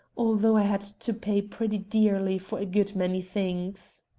although i had to pay pretty dearly for a good many things.